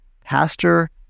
Pastor